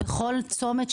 בכל צומת,